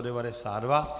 92.